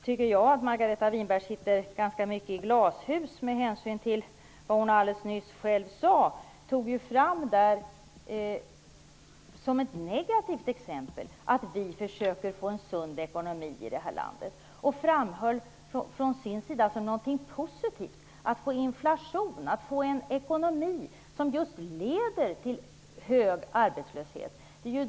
Hon sitter i ett glashus, med hänsyn till vad hon nyss sade. Hon tog som ett negativt exempel att vi försöker få en sund ekonomi i det här landet. Hon framhöll inflation, en ekonomi som leder till hög arbetslöshet, som någonting positivt.